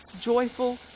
joyful